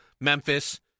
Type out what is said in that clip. Memphis